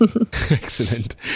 Excellent